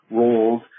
roles